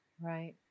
Right